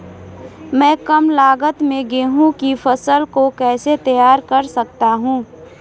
मैं कम लागत में गेहूँ की फसल को कैसे तैयार कर सकता हूँ?